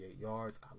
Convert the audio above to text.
yards